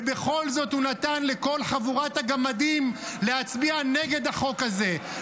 ובכל זאת הוא נתן לכל חבורת הגמדים להצביע נגד החוק הזה,